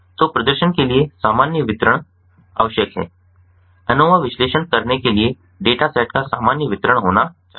तो प्रदर्शन के लिए सामान्य वितरण आवश्यक है एनोवा विश्लेषण करने के लिए डेटा सेट का सामान्य वितरण होना चाहिए